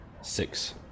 Six